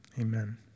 Amen